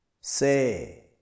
Say